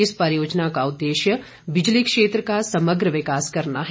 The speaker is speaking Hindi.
इस परियोजना का उद्देश्य बिजली क्षेत्र का समग्र विकास करना है